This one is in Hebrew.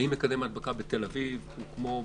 האם מקדם ההדבקה הוא בתל אביב כמו בשפרעם?